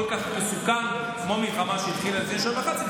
כך מסוכן כמו המלחמה שהתחילה לפני שנה וחצי,